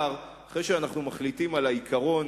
אחרי שאנחנו מחליטים על העיקרון,